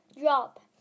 Drop